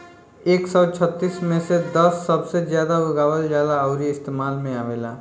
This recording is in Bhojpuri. एक सौ छत्तीस मे से दस सबसे जादा उगावल जाला अउरी इस्तेमाल मे आवेला